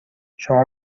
شما